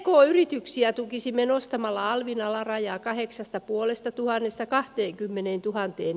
guo yrityksiä tukisimme nostamalla alvin alarajaa kaheksasta puolesta tuhannesta kahteenkymmeneentuhanteen